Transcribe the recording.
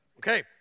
Okay